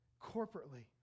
corporately